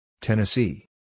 Tennessee